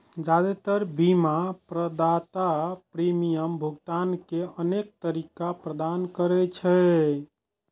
जादेतर बीमा प्रदाता प्रीमियम भुगतान के अनेक तरीका प्रदान करै छै